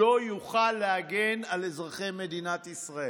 לא יוכל להגן על אזרחי מדינת ישראל.